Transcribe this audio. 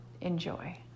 Enjoy